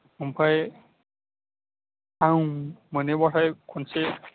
आमफाय आं मोहैब्लाथाय खनसे